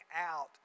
out